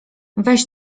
weź